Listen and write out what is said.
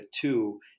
two